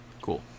Cool